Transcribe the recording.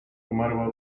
umarła